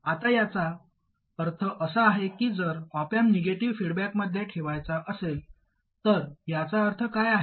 आता याचा अर्थ असा आहे की जर ऑप अँप निगेटिव्ह फीडबॅकमध्ये ठेवायचा असेल तर याचा अर्थ काय आहे